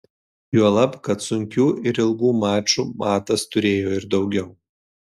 juolab kad sunkių ir ilgų mačų matas turėjo ir daugiau